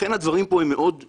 לכן, הדברים פה הינם מורכבים.